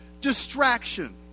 distraction